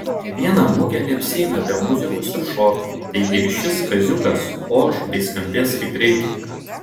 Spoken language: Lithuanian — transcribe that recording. nė viena mugė neapsieina be muzikos ir šokių taigi ir šis kaziukas oš bei skambės kaip reikiant